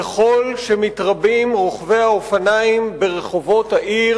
ככל שמתרבים רוכבי האופניים ברחובות העיר